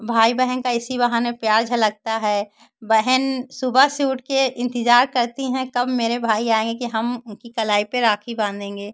भाई बहन का इसी बहाने प्यार झलकता है बहन सुबह से उठ के इंतेज़ार करती हैं कब मेरे भाई आएँगे हम उनकी कलाई पर राखी बांधेंगे